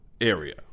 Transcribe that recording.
area